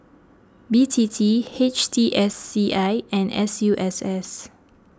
B T T H T S C I and S U S S